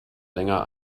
länger